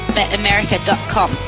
BetAmerica.com